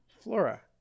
Flora